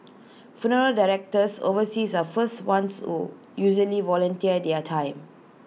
funeral directors overseas are first ones who usually volunteer their time